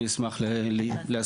אני אשמח להסביר,